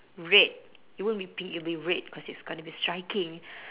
red it won't be pink it will be red because it's got to be striking